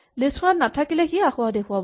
list খনত নাথাকিলে সি আসোঁৱাহ দেখুৱাব